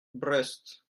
brest